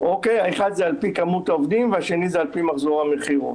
אחד זה על פי כמות העובדים והשני על פי מחזור המכירות.